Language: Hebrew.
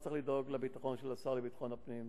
לא צריך לדאוג לביטחון של השר לביטחון הפנים.